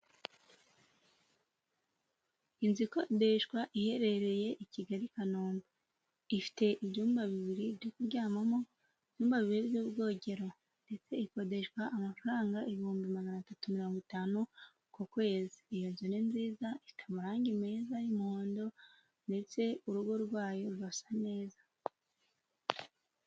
Inzu ikodeshwa iherereye i Kigali, Kanombe. Ifite ibyumba bibiri byo kuryamamo, ibyumba bibiri by'ubwogero, ndetse ikodeshwa amafaranga ibihumbi magana atatu mirongo itanu ku kwezi. Iyo nzu ni nziza, ifite amarangi meza y'umuhondo. Ndetse urugo rwayo rurasa neza.